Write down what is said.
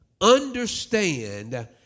understand